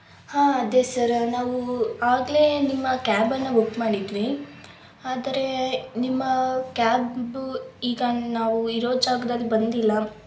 ಹಾಂ ಅದೇ ಸರ ನಾವು ಆಗಲೇ ನಿಮ್ಮ ಕ್ಯಾಬನ್ನು ಬುಕ್ ಮಾಡಿದ್ವಿ ಆದರೆ ನಿಮ್ಮ ಕ್ಯಾಬು ಈಗ ನಾವು ಇರೊ ಜಾಗದಲ್ಲಿ ಬಂದಿಲ್ಲ